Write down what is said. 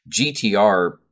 GTR